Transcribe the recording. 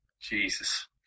Jesus